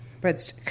Breadstick